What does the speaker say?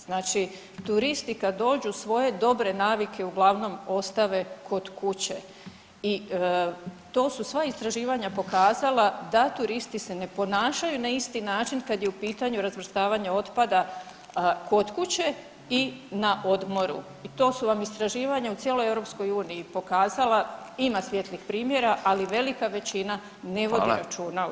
Znači turisti kad dođu svoje dobre navike uglavnom ostave kod kuće i to su sva istraživanja pokazala da turisti se ne ponašaju na isti način kad je u pitanju razvrstavanje otpada kod kuće i na odmoru i to su vam istraživanja u cijeloj EU pokazala ima svijetlih primjera, ali velika većina ne vodi računa o tome.